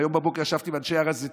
והיום בבוקר ישבתי עם אנשי הר הזיתים